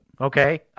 Okay